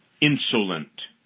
insolent